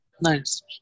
Nice